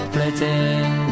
Splitting